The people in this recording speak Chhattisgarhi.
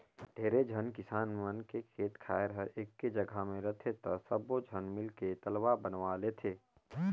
ढेरे झन किसान मन के खेत खायर हर एके जघा मे रहथे त सब्बो झन मिलके तलवा बनवा लेथें